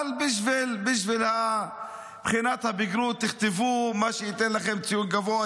אבל בשביל בחינת הבגרות כתבו מה שייתן לכם ציון גבוה,